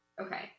okay